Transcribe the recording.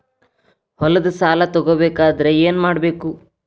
ಹೊಲದ ಸಾಲ ತಗೋಬೇಕಾದ್ರೆ ಏನ್ಮಾಡಬೇಕು?